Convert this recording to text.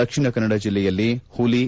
ದಕ್ಷಿಣ ಕನ್ನಡ ಜಲ್ಲೆಯಲ್ಲಿ ಹುಲಿ